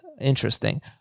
Interesting